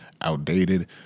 outdated